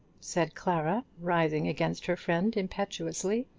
said clara, rising against her friend impetuously.